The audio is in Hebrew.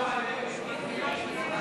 ההסתייגויות לסעיף 26, המשרד